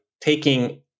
taking